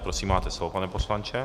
Prosím, máte slovo, pane poslanče.